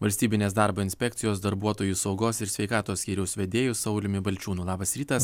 valstybinės darbo inspekcijos darbuotojų saugos ir sveikatos skyriaus vedėju sauliumi balčiūnu labas rytas